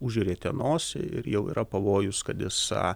užrietė nosį ir jau yra pavojus kad jis